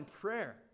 prayer